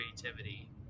creativity